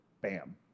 Bam